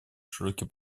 широкий